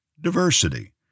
diversity